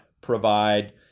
provide